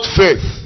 faith